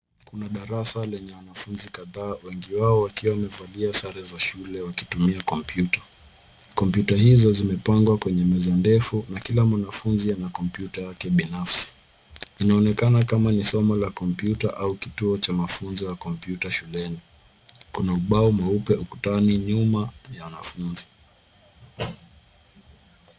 Kuna darasa lenye wanafunzi kadhaa wengi wao wakiwa wamevalia sare za shule wakitumia kompyuta. Kompyuta hizo zimepangwa kwenye meza ndefu na kila mwanafunzi ana kompyuta yake binafsi. Inaonekana kama ni somo la kompyuta au kituo cha mafunzo ya kompyuta shuleni. Kuna ubao mweupe ukutani nyuma ya wanafunzi.